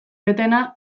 etena